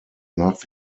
nach